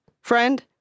Friend